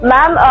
Ma'am